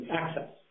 access